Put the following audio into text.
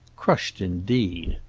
crushed, indeed!